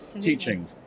teaching